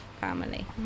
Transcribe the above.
family